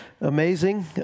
amazing